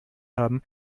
haben